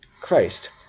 Christ